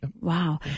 Wow